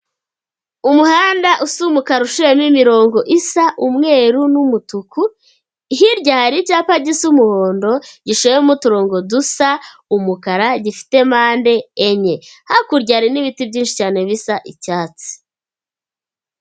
Umuhanda usa umuka ucoyemo imirongo isa umweru n'umutuku, hirya hari icyapa gisa umuhondo gicoyemo uturongo dusa umukara, gifite mpande enye. Hakurya hari n'ibiti byinshi cyane bisa icyatsi.